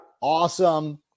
awesome